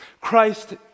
Christ